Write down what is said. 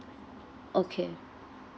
okay